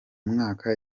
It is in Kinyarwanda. mwaka